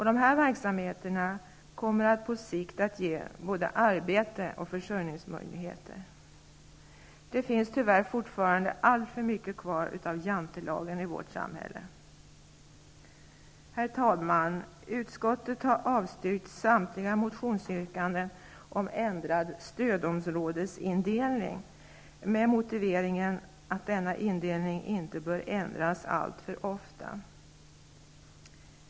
De här verksamheterna kommer på sikt att ge både arbete och försörjningsmöjligheter. Det finns tyvärr fortfarande alltför mycket kvar av jantelagen i vårt samhälle! Herr talman! Utskottet har avstyrkt samtliga motionsyrkanden om ändrad stödområdesindelning med motiveringen att denna indelning inte bör ändras alltför ofta.